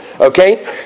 Okay